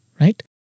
right